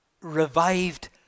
revived